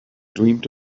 dreamed